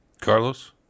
Carlos